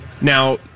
Now